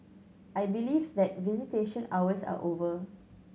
I believe that visitation hours are over